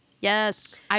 Yes